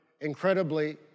incredibly